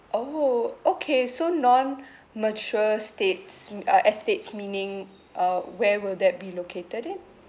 orh okay so non mature states m~ uh estates meaning uh where will that be located at